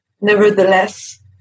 nevertheless